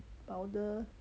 powder